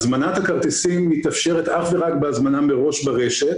הזמנת הכרטיסים מתאפשרת אך ורק בהזמנה מראש ברשת